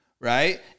right